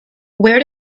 where